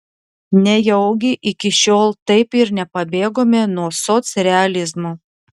nejaugi iki šiol taip ir nepabėgome nuo socrealizmo